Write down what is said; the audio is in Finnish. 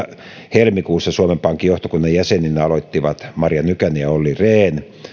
helmikuussa suomen pankin johtokunnan jäseninä aloittivat marja nykänen ja olli rehn